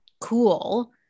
cool